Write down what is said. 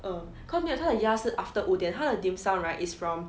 err cause 没有他的鸭是 after 五点他的 dim sum right is from